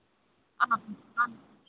ആ ആ ആ